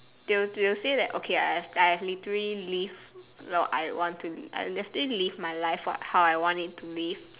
they they will say that okay I I've literally lived not I want to live I've literally lived my life for how I want it to live